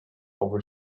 over